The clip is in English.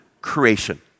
creation